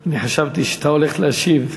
אני חשבתי שאתה הולך להשיב.